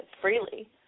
freely